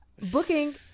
Booking